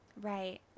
Right